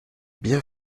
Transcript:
bien